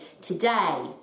today